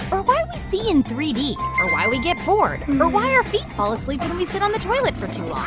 or why we see in three d, or why we get bored, or why our feet fall asleep when sit on the toilet for too long,